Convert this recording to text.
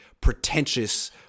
pretentious